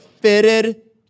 fitted